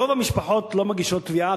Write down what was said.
רוב המשפחות לא מגישות תביעה,